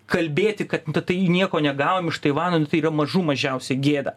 kalbėti kad tai nieko negavom iš taivano nu tai yra mažų mažiausiai gėda